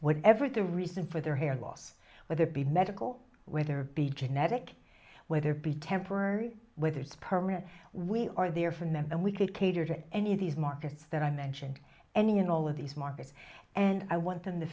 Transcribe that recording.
whatever the reason for their hair loss with their be medical whether be genetic whether be temporary whether it's permanent we are there for men and we could cater to any of these markets that i mentioned any and all of these markets and i want them to